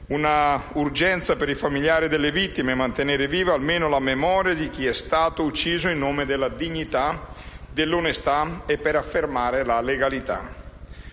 Presidente, per i familiari delle vittime mantenere viva almeno la memoria di chi è stato ucciso in nome della dignità, dell'onestà e per affermare la legalità.